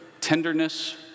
tenderness